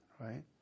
Right